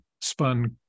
spun